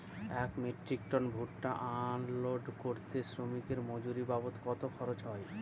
এক metric ton ভুট্টা unload করতে শ্রমিকের মজুরি বাবদ কত খরচ হয়?